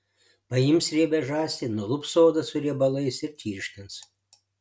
paims riebią žąsį nulups odą su riebalais ir čirškins